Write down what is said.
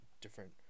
different